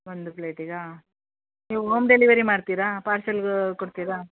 ಒಂದು ಪ್ಲೇಟಿಗಾ ನೀವು ಓಮ್ ಡೆಲಿವರಿ ಮಾಡ್ತೀರಾ ಪಾರ್ಸೆಲ್ಗೆ ಕೊಡ್ತೀರ